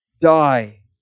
die